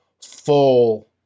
full